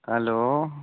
hello